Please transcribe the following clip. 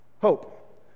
Hope